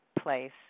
place